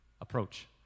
approach